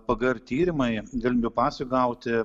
pgr tyrimai galimybių pasui gauti